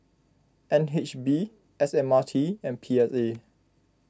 N H B S M R T and P S A